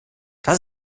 das